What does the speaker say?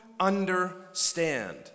understand